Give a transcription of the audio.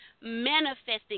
manifesting